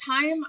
time